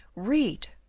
read!